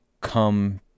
come